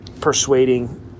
persuading